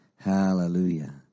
Hallelujah